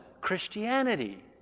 christianity